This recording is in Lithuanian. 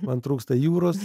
man trūksta jūros